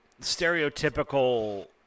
stereotypical